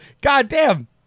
goddamn